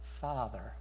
father